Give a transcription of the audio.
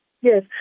Yes